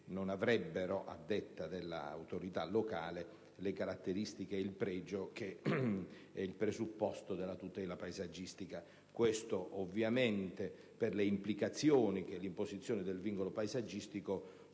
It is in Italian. su aree che, a detta dell'autorità locale, non avrebbero le caratteristiche e il pregio che sono il presupposto della tutela paesaggistica. Questo, ovviamente, per le implicazioni che l'imposizione del vincolo paesaggistico poi